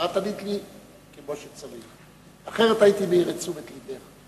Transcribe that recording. לי כמו שצריך, אחרת הייתי מעיר את תשומת לבך.